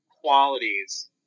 qualities